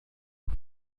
que